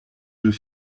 deux